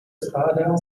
skládá